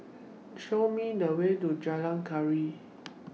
Show Me The Way to Jalan Gaharu